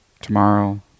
tomorrow